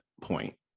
point